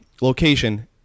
location